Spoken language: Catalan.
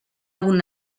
algun